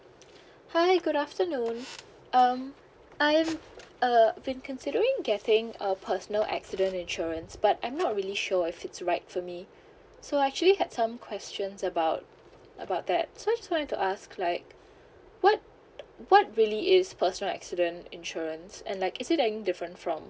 hi good afternoon um I'm uh been considering getting a personal accident insurance but I'm not really sure if it's right for me so I actually had some questions about about that so I just wanted to ask like what what really is personal accident insurance and like is it any different from